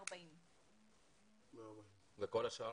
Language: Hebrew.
140. וכל השאר?